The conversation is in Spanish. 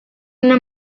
una